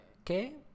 Okay